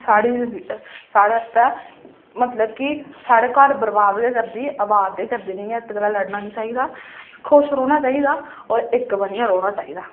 साढ़ी साढ़े आस्तै मतलब कि साढ़े घर बरबाद गै करदे आबाद निं करदे इत्त गल्ला लड़ना निं चाहिदा खुश बनियै रौह्ना चाहिदा होर इक्क बनियै रौह्ना चाहिदा